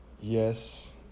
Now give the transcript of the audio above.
yes